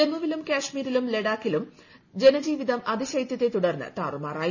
ജമ്മുവിലും ക്കാശ്മീരിലും ലഡാക്കിലും ജനജീവിതം അതിശൈത്യത്തെ തുടർപ്പ് താറുമാറായി